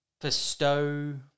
bestow